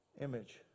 Image